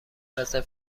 رزرو